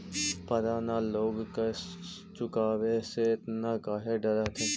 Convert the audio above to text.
पता न लोग कर चुकावे से एतना काहे डरऽ हथिन